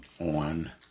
on